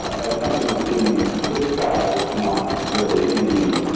that's something that's being discussed. it's not really in any